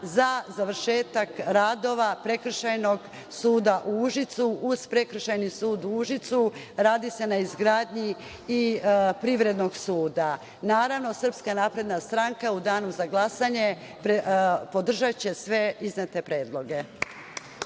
za završetak radova Prekršajnog suda u Užicu. Uz Prekršajni sud u Užicu radi se na izgradnji i Privrednog suda. Naravno, SNS u Danu za glasanje, podržaće sve iznete predloge.